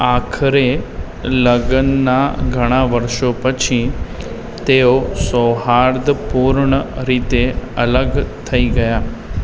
આખરે લગ્નના ઘણાં વર્ષો પછી તેઓ સૌહાર્દપૂર્ણ રીતે અલગ થઈ ગયાં